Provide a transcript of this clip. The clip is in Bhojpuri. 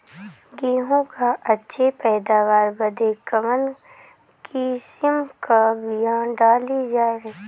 गेहूँ क अच्छी पैदावार बदे कवन किसीम क बिया डाली जाये?